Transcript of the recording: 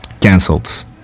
cancelled